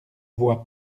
vois